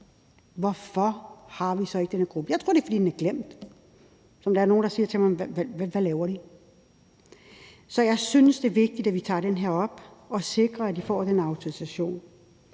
Hvorfor har vi det så ikke inden for den her gruppe? Jeg tror, det er, fordi den er glemt. Som der er nogle, der spørger mig: Hvad laver de? Så jeg synes, det er vigtigt, at vi tager det her op og sikrer, at de får den autorisation.